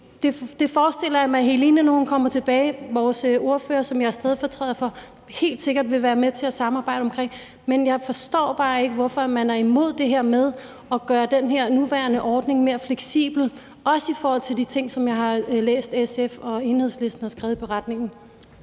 Det forestiller jeg mig at Helene Liliendahl Brydensholt, som jeg er stedfortræder for, helt sikkert vil være med til at samarbejde om, når hun kommer tilbage. Men jeg forstår bare ikke, hvorfor man er imod det her med at gøre den her nuværende ordning mere fleksibel, også i forhold til de ting, som jeg har læst at SF og Enhedslisten har skrevet i beretningen.